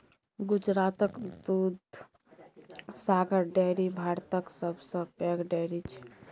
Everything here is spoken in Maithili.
गुजरातक दुधसागर डेयरी भारतक सबसँ पैघ डेयरी छै